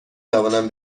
توانم